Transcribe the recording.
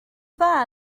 dda